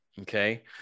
Okay